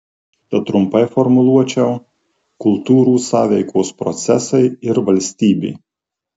tad trumpai formuluočiau kultūrų sąveikos procesai ir valstybė